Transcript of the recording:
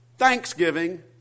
Thanksgiving